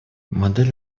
модель